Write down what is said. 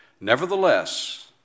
Nevertheless